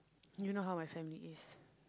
you know how my family is